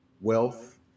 wealth